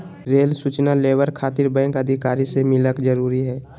Rail सूचना labour खातिर bank अधिकारी से मिलक जरूरी है?